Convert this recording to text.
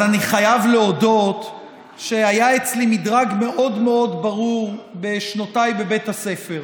אז אני חייב להודות שהיה אצלי מדרג מאוד ברור בשנותיי בבית הספר: